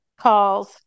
calls